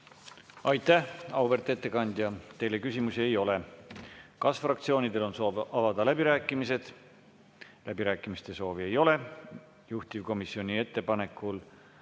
Aitäh, auväärt ettekandja! Teile küsimusi ei ole. Kas fraktsioonidel on soov avada läbirääkimised? Läbirääkimiste soovi ei ole. Juhtivkomisjoni ettepanekul